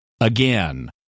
again